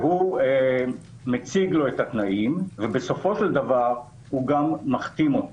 הוא מציג לו את התנאים ובסופו של דבר הוא גם מחתים אותו.